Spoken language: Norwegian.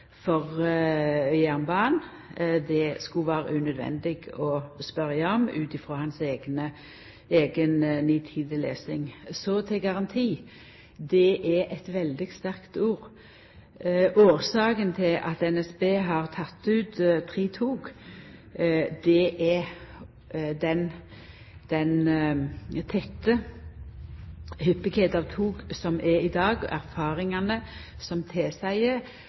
Det skulle det vera unødvendig å spørja om ut frå hans eiga nitide lesing. Så til garanti. Det er eit veldig sterkt ord. Årsaka til at NSB har teke ut tre tog, er den tette hyppigheita av tog som er i dag. Erfaringane tilseier